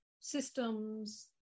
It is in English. systems